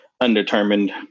undetermined